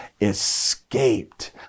escaped